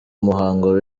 muhango